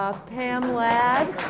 ah pam ladd.